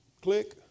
Click